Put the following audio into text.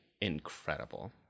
incredible